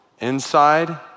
inside